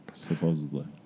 Supposedly